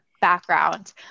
background